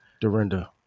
Dorinda